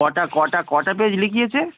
কটা কটা কটা পেজ লিখিয়েছে